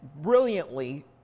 brilliantly